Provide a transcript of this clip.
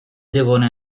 devono